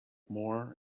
more